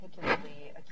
particularly